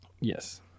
Yes